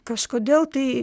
kažkodėl tai